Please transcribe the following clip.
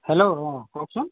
hello অঁ কওকচোন